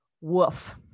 Woof